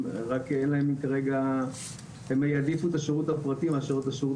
רק הם יעדיפו את השירות הפרטי מאשר את השירות